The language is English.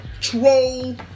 troll